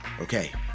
Okay